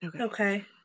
Okay